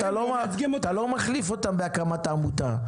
אתה לא מחליף אותם בהקמת עמותה,